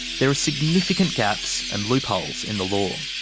there are significant gaps and loopholes in the law.